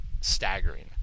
staggering